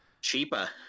Cheaper